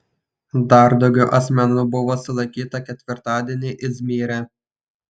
dar daugiau asmenų buvo sulaikyta ketvirtadienį izmyre